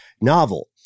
novel